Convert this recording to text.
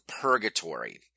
purgatory